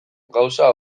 gauza